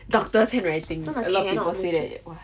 doctor's handwriting a lot of people say that !wah!